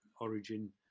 origin